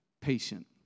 patient